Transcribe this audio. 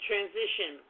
Transition